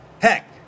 heck